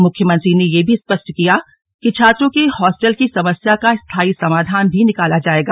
मुख्यमंत्री ने यह भी स्पष्ट किया कि छात्रों के हॉस्टल की समस्या का स्थायी समाधान भी निकाला जाएगा